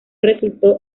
resultó